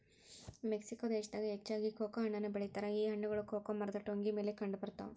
Mexico ದೇಶದಾಗ ಹೆಚ್ಚಾಗಿ cocoa ಹಣ್ಣನ್ನು ಬೆಳಿತಾರ ಈ ಹಣ್ಣುಗಳು ಕೊಕೊ ಮರದ ಟೊಂಗಿ ಮೇಲೆ ಕಂಡಬರ್ತಾವ